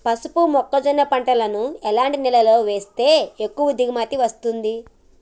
పసుపు మొక్క జొన్న పంటలను ఎలాంటి నేలలో వేస్తే ఎక్కువ దిగుమతి వస్తుంది?